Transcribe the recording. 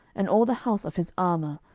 and all the house of his armour,